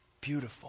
Beautiful